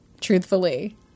truthfully